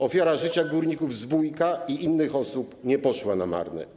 Ofiara życia górników z Wujka i innych osób nie poszła na marne.